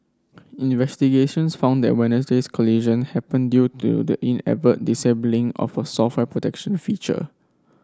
investigations found that Wednesday's collision happened due to the inadvertent disabling of a software protection feature